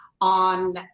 on